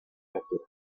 captura